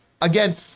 Again